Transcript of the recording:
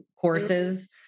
courses